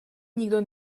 nikdo